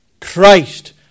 Christ